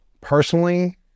Personally